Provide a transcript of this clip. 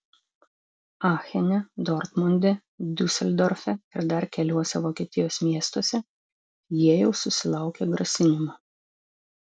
achene dortmunde diuseldorfe ir dar keliuose vokietijos miestuose jie jau susilaukė grasinimų